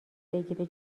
بگیره